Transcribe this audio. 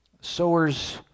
sowers